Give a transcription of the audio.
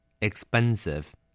expensive